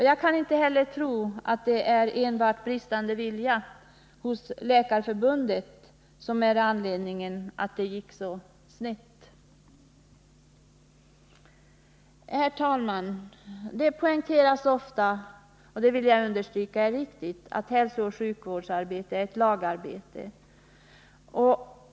Jag kan inte heller tro att enbart bristande vilja hos Läkarförbundet är anledningen till att det gick så snett. Herr talman! Det poängteras ofta — och det vill jag understryka är riktigt — att hälsooch sjukvårdsarbete är ett lagarbete.